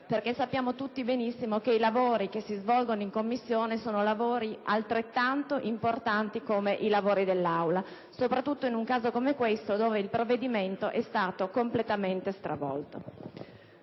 perché sappiamo tutti benissimo che i lavori che si svolgono in Commissione sono altrettanto importanti di quelli dell'Aula, soprattutto in un caso come questo, in cui il provvedimento è stato totalmente stravolto.